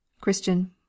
Christian